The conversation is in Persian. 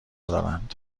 دارند